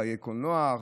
חיי קולנוע,